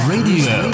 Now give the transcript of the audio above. Radio